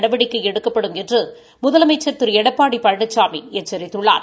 நடவடிக்கை எடுக்கப்படும் என்று முதலமைச்சள் திரு எடப்பாடி பழனிசாமி எச்சித்துள்ளார்